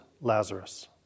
Lazarus